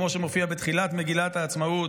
כמו שמופיע בתחילת מגילת העצמאות,